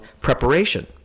preparation